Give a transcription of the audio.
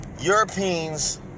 Europeans